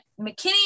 McKinney